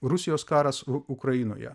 rusijos karas ukrainoje